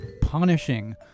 punishing